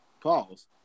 Pause